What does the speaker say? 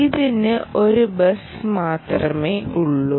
ഇതിന് ഒരു ബസ് മാത്രമേ ഉള്ളൂ